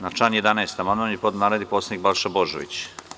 Na član 11. amandman je podneo narodni poslanik Balša Božović.